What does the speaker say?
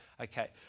okay